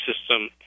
system